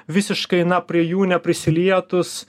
visiškai na prie jų neprisilietus